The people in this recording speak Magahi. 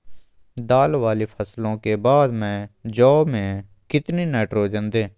दाल वाली फसलों के बाद में जौ में कितनी नाइट्रोजन दें?